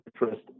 interest